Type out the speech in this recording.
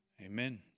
Amen